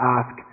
ask